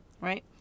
right